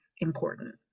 important